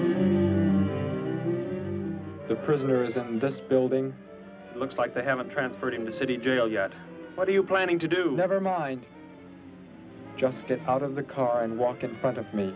not the prisoners in this building looks like they have a transfer to the city jail yet what are you planning to do never mind just get out of the car and walk in front of me